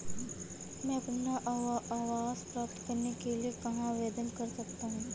मैं अपना आवास प्राप्त करने के लिए कहाँ आवेदन कर सकता हूँ?